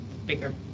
bigger